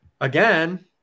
again